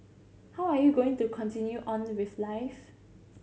how are you going to continue on with life